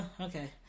okay